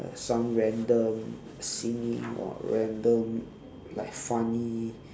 some random singing or random like funny